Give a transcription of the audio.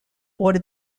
order